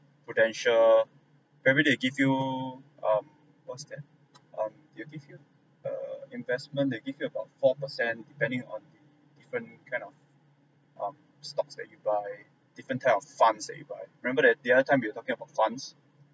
Prudential probably they will give you um what's that um they will give you err investment they give about four percent depending on different kind of um stocks that you buy different type of funds that you buy remember that the other time we were talking about funds